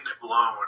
blown